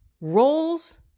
roles